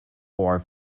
ore